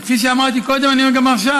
כפי שאמרתי קודם, אני אומר גם עכשיו,